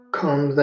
come